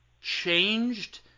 changed